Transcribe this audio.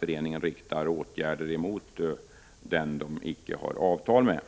Föreningen riktar i sådana fall åtgärder mot en företagare som föreningen icke har något avtal med.